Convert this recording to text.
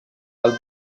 del